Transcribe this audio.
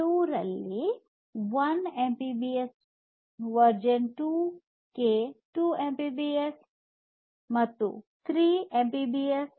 2 ರಲ್ಲಿ 1 Mbps version 2 ಕ್ಕೆ 2 Mbps ಮತ್ತು 3 ಎಮ್ಬಿಪಿಎಸ್